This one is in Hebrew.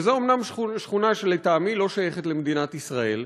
שזאת אומנם שכונה שלטעמי לא שייכת למדינת ישראל,